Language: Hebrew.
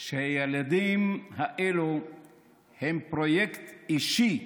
שהילדים האלה הם פרויקט אישי,